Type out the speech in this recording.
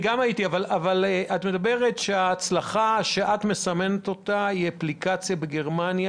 את מסמנת כהצלחה את האפליקציה בגרמניה,